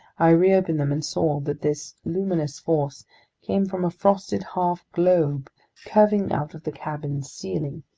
i reopened them and saw that this luminous force came from a frosted half globe curving out of the cabin's ceiling.